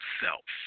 self